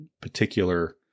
particular